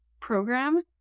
program